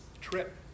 trip